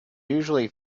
usually